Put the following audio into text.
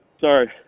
Sorry